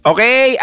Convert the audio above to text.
Okay